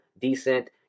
decent